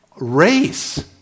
Race